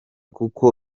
kuko